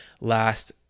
last